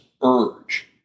urge